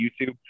YouTube